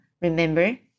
remember